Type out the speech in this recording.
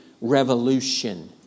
revolution